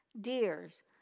deers